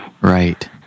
Right